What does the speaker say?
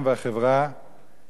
לטוב וגם לרע.